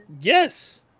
Yes